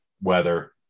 weather